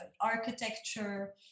architecture